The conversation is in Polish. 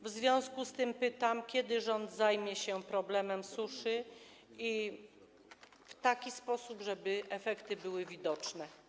W związku z tym pytam: Kiedy rząd zajmie się problemem suszy w taki sposób, żeby efekty były widoczne?